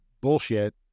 bullshit